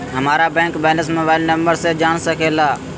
हमारा bank balance mobile number से जान सके ला?